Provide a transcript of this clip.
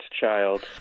child